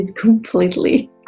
completely